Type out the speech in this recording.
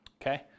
Okay